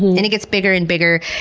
and it gets bigger and bigger.